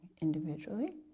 individually